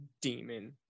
demon